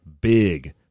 big